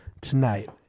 tonight